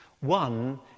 One